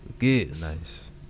nice